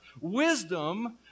wisdom